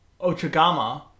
Ochagama